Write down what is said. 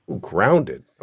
Grounded